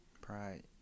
pride